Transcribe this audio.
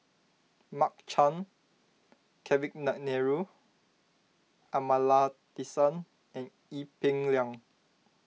Mark Chan Kavignareru Amallathasan and Ee Peng Liang